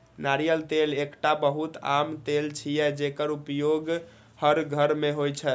नारियल तेल एकटा बहुत आम तेल छियै, जेकर उपयोग हर घर मे होइ छै